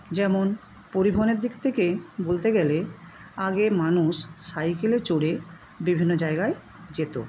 যেমন পরিবহণের দিক থেকে বলতে গেলে আগে মানুষ সাইকেলে চড়ে বিভিন্ন জায়গায় যেত